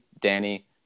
Danny